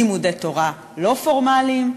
לימודי תורה לא פורמליים,